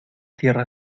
tierra